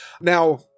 Now